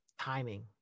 timing